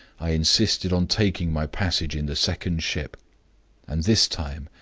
i insisted on taking my passage in the second ship and this time,